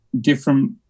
different